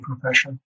profession